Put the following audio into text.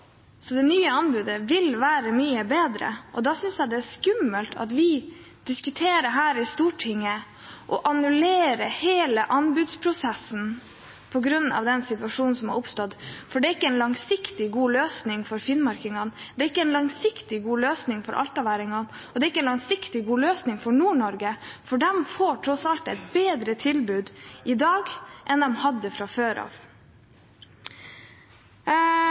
Så det nye anbudet vil være mye bedre. Da synes jeg det er skummelt at vi i Stortinget diskuterer å annullere hele anbudsprosessen på grunn av den situasjonen som har oppstått, for det er ikke en langsiktig og god løsning for finnmarkingene. Det er ikke en langsiktig og god løsning for altaværingene eller for Nord-Norge, for der får man tross alt et bedre tilbud i dag enn man hadde fra før av.